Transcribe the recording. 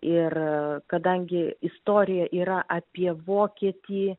ir kadangi istorija yra apie vokietį